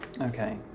Okay